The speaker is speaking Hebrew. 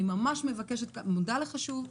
אני מודה לך שוב.